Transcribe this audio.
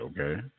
Okay